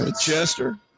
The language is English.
Chester